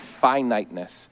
finiteness